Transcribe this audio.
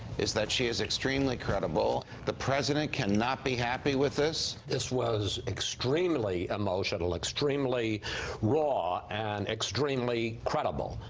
is that she is extremely credible. the president cannot be happy with this. this was extremely emotional, extremely raw, and extremely credible.